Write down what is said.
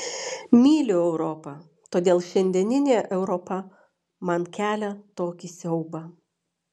myliu europą todėl šiandieninė europa man kelia tokį siaubą